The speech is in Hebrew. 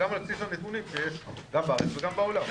וגם על בסיס הנתונים שיש גם בארץ וגם בעולם.